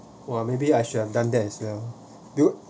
!wah! maybe I should have done that as well do you